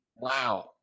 Wow